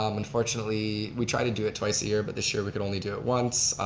um unfortunately, we tried to do it twice a year but this year we could only do it once.